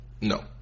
No